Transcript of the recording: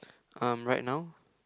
um right now